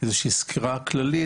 איזושהי סקירה כללית,